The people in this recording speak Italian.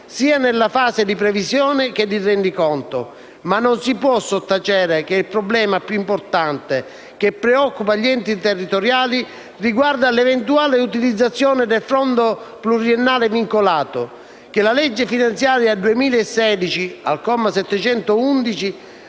sia nella fase di previsione che di rendiconto, ma non si può sottacere che il problema più importante, che preoccupa gli enti territoriali, riguarda l'eventuale utilizzazione del fondo pluriennale vincolato, che la legge finanziaria 2016 (al comma 711